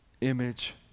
Image